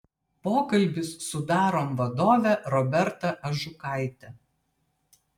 pokalbis su darom vadove roberta ažukaite